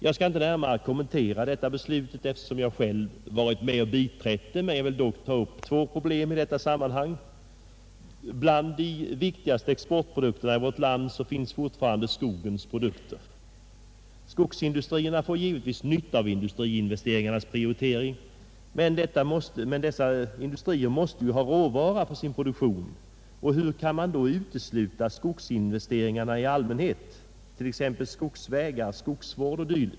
Jag skall icke närmare kommentera detta beslut, eftersom jag själv har varit med om att biträda det, men jag vill ändå taga upp två problem i sammanhanget. Bland de viktigaste exportprodukterna i vårt land är alltjämt skogens produkter. Skogsindustrierna får givetvis nytta av industriinvesteringarnas prioritering, men dessa industrier måste ju ha råvara för sin produktion, och hur kan man då utesluta skogsinvesteringarna i allmänhet, t.ex. investeringar i skogsvägar, skogsvård o. d.?